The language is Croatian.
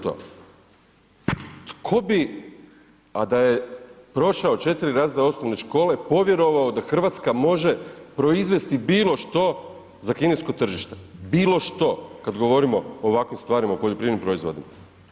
Tko bi a da je prošao 4 razreda osnovne škole povjerovao da Hrvatska može proizvesti bilo što za kinesko tržište, bilo što kad govorimo o ovakvim stvarima, o poljoprivrednim proizvodima.